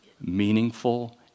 meaningful